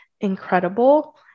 incredible